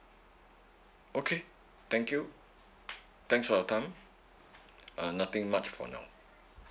okay thank you thanks for your time uh nothing much for now